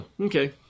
Okay